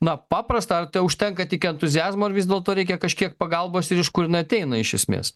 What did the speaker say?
na paprasta ar tai užtenka tik entuziazmo ir vis dėlto reikia kažkiek pagalbos ir iš kur ateina iš esmės